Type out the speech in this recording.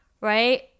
right